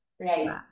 right